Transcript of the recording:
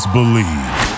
Believe